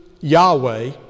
Yahweh